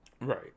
right